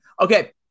okay